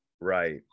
Right